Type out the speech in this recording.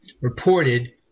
reported